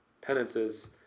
penances